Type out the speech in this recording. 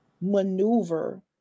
maneuver